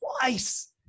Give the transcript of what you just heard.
twice